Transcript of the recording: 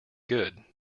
good